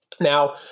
Now